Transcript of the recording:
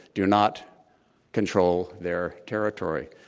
do not control their territory.